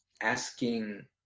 asking